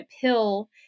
pill